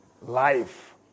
life